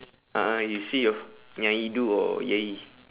a'ah you see your nyai do or yayi